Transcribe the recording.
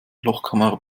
lochkamera